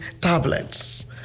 tablets